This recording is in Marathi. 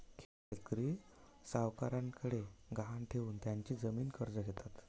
खेड्यातील शेतकरी सावकारांकडे गहाण ठेवून त्यांची जमीन कर्ज घेतात